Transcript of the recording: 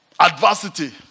adversity